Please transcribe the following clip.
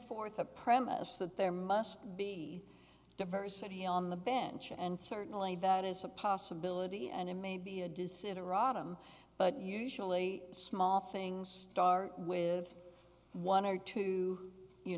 forth a premise that there must be diversity on the bench and certainly that is a possibility and it may be a does a rod i'm but usually small things start with one or two you